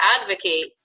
advocate